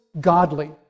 godly